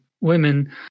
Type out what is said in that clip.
women